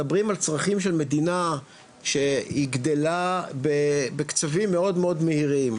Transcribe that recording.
מדברים על צרכים של מדינה שהיא גדלה בקצבים מאוד מאוד מהירים,